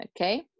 okay